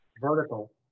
vertical